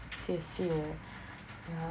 谢谢